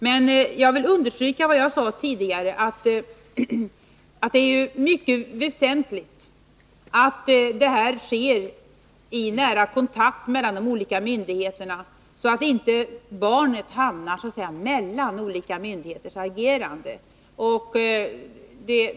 Men jag vill understryka vad jag sade tidigare — att det är mycket väsentligt att omplaceringen sker i nära kontakt mellan de olika myndigheterna, så att inte barnet hamnar så att säga mellan olika myndigheters agerande.